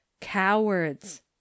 cowards